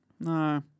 no